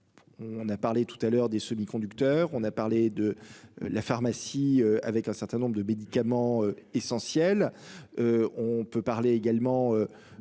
On a parlé tout à l'heure des semi-conducteurs. On a parlé de la pharmacie avec un certain nombre de médicaments essentiels. On peut parler également.